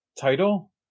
title